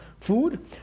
food